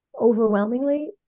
overwhelmingly